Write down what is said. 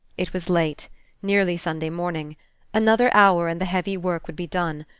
it was late nearly sunday morning another hour, and the heavy work would be done,